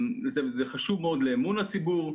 זה חשוב מאוד לאמון הציבור.